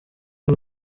w’u